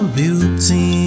beauty